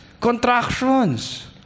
Contractions